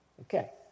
Okay